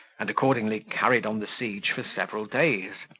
and accordingly carried on the siege for several days,